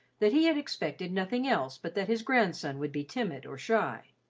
that he had expected nothing else but that his grandson would be timid or shy.